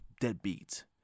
deadbeat